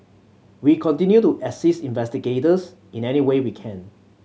we continue to assist investigators in any way we can